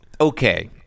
Okay